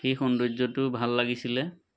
সেই সৌন্দৰ্যটো ভাল লাগিছিলে